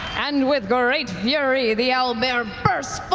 and with great fury, the owlbear bursts but